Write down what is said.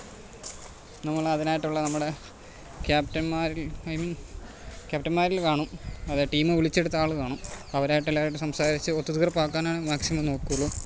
നമ്മൾ അതിനായിട്ടുള്ള നമ്മുടെ ക്യാപ്റ്റൻമാരിൽ ക്യാപ്റ്റൻമാരിൽ കാണും അത് ടീമ് വിളിച്ചെടുത്ത ആള് കാണും അവരായിട്ട് എല്ലാരുവായിട്ട് സംസാരിച്ച് ഒത്ത് തീർപ്പാക്കാനാണ് മാക്സിമം നോക്കുകയുള്ളു